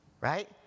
right